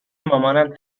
مامانم